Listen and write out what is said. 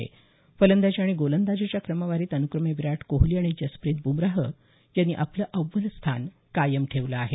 दरम्यान फलंदाजी आणि गोलंदाजीच्या क्रमवारीत अनुक्रमे विराट कोहली आणि जसप्रीत बुमराह यांनी आपलं अव्वल स्थान कायम ठेवलं आहे